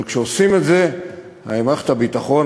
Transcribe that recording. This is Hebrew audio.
אבל כשעושים את זה במערכת הביטחון,